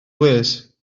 plîs